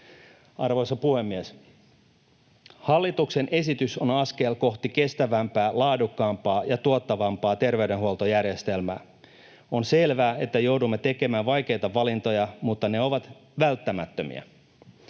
Arvoisa puhemies! Hallituksen esitys on askel kohti kestävämpää, laadukkaampaa ja tuottavampaa terveydenhuoltojärjestelmä. On selvää, että joudumme tekemään vaikeita valintoja, mutta ne ovat välttämättömiä.